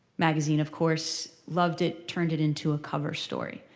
magazine, of course, loved it, turned it into a cover story.